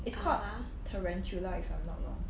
it's called tarantula if I'm not wrong